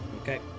Okay